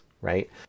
right